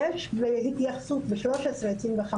יש בהתייחסות ב-1325,